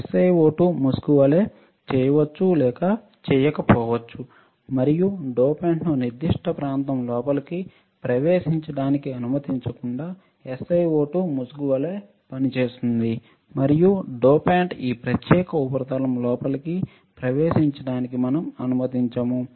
SiO2 ముసుగు వలె చేయవచ్చు లేక చేయకపోవచ్చు మరియు డోపాంట్ను నిర్దిష్ట ప్రాంతం లోపలికి ప్రవేశించడానికి అనుమతించకుండా SiO2 ముసుగు వలె పనిచేస్తుంది మరియు డోపాంట్ ఈ ప్రత్యేక ఉపరితలం లోపలికి ప్రవేశించడానికి మనం అనుమతించము